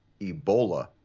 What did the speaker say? Ebola